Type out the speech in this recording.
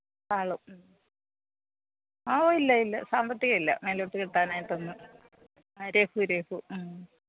ഹാളും ഓ ഇല്ല ഇല്ല സാമ്പത്തികം ഇല്ല മേലോട്ട് കെട്ടാനായിട്ട് ഒന്നും ആ രഘു രഘു